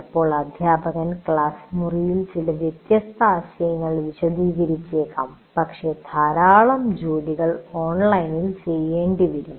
ചിലപ്പോൾ അധ്യാപകർ ക്ലാസ് മുറിയിൽ ചില വ്യത്യസ്ത ആശയങ്ങൾ വിശദീകരിച്ചേക്കാം പക്ഷേ ധാരാളം ജോലികൾ ഓൺലൈനിൽ ചെയ്യേണ്ടിവരും